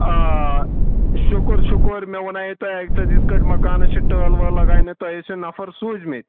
آ شُکُر شُکُر مےٚ وَنے تۄہہِ اکہِ ساتہٕ یتھ کٲٹھۍ مکانس چھِ ٹٲل وٲل لگانہِ توہہِ ٲسو نَفَر سوٗز مٕتۍ